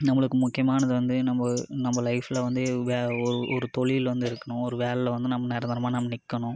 நம்மளுக்கு முக்கியமானது வந்து நம்ம நம்ம லைஃபில் வந்து வே ஒரு ஒரு தொழில் வந்து இருக்கணும் ஒரு வேலைல வந்து நம்ம நிரந்தரமா நம்ம நிற்கணும்